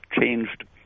changed